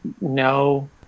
No